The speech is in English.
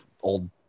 old